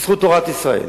בזכות תורת ישראל.